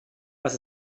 was